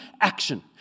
action